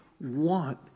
want